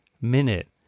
minute